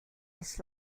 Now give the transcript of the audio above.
his